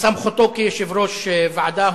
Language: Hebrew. בסמכותו כיושב-ראש ועדה.